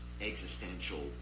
existential